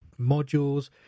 modules